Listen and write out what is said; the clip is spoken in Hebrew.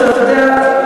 אתה יודע,